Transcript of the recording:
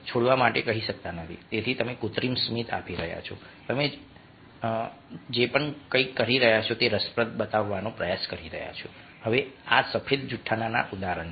છોડવા માટે તેથી તમે કૃત્રિમ સ્મિત આપી રહ્યા છો તમે છો તે જે કંઈ પણ કહી રહ્યો છે તે રસપ્રદ બતાવવાનો પ્રયાસ કરી રહ્યો છે હવે આ સફેદ જૂઠાણાના ઉદાહરણ છે